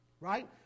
right